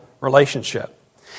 relationship